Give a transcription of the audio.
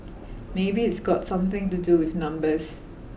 maybe it's got something to do with numbers